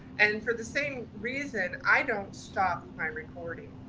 and for the same reason, i don't stop my recording.